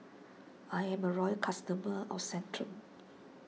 I'm a loyal customer of Centrum